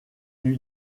lui